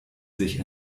sich